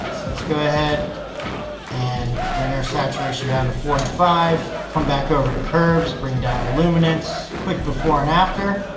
so let's go ahead and bring our saturation down to forty five. come back over to curves, bring down our luminance quick before and after.